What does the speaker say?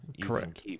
Correct